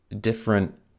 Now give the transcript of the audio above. different